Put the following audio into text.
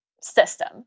system